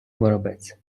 воробець